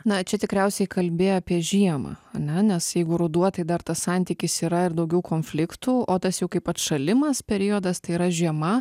na čia tikriausiai kalbi apie žiemą ane nes jeigu ruduo tai dar tas santykis yra ir daugiau konfliktų o tas jau kaip atšalimas periodas tai yra žiema